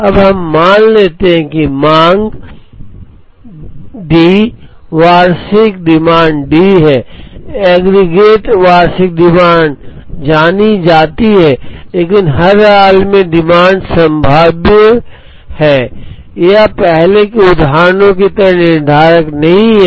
अब हम मान लें कि मांग D वार्षिक डिमांड D है एग्रीगेट वार्षिक डिमांड जानी जाती है लेकिन हर हाल में डिमांड संभाव्य है यह पहले के उदाहरणों की तरह निर्धारक नहीं है